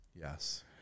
Yes